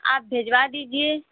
आप भिजवा दीजिये